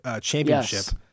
championship